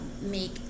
make